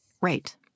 Right